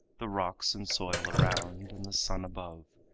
the rocks and soil around, and the sun above,